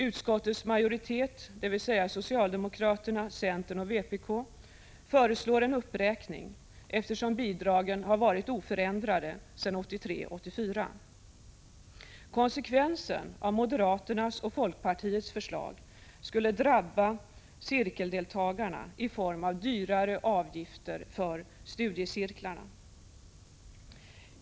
Utskottets majoritet, dvs. socialdemokraterna, centerpartiet och vpk, föreslår en uppräkning eftersom bidragen varit oförändrade sedan 1983/84. Konsekvensen av moderaternas och folkpartiets förslag skulle drabba cirkeldeltagarna i form av högre avgifter för studiecirklarna.